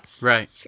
Right